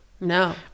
No